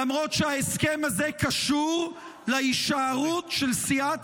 למרות שההסכם הזה קשור להישארות של סיעת